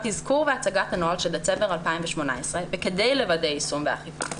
תזכור והצגת הנוהל של דצמבר 2018 וכדי לוודא יישום ואכיפה.